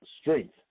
strength